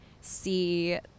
see